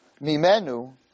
mimenu